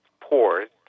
pores